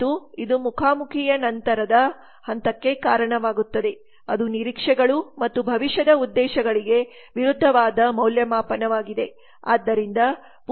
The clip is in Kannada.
ಮತ್ತು ಇದು ಮುಖಾಮುಖೀಯ ನಂತರದ ಹಂತಕ್ಕೆ ಕಾರಣವಾಗುತ್ತದೆ ಅದು ನಿರೀಕ್ಷೆಗಳು ಮತ್ತು ಭವಿಷ್ಯದ ಉದ್ದೇಶಗಳಿಗೆ ವಿರುದ್ಧವಾದ ಮೌಲ್ಯಮಾಪನವಾಗಿದೆ